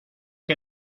que